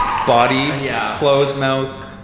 body, yeah closed mouth.